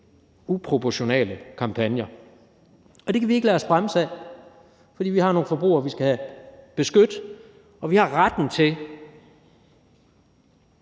uproportionale kampagner. Det kan vi ikke lade os bremse af, for vi har nogle forbrugere, vi skal beskytte, og vi har retten til